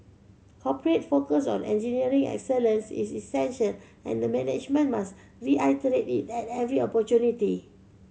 corporate focus on engineering excellence is essential and the management must reiterate it at every opportunity